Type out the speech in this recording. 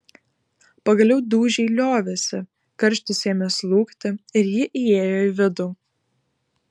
pagaliau dūžiai liovėsi karštis ėmė slūgti ir ji įėjo į vidų